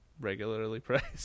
regularly-priced